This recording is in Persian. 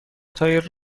تایر